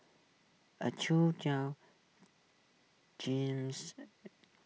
A James